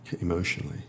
emotionally